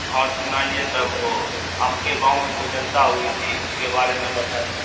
اور سنائیے تب وہ آپ کے گاؤں میں تو جلسہ ہوئی تھی اس کے بارے میں بتائیے